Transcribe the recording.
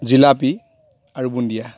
জেলেপী আৰু বুন্দিয়া